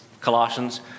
Colossians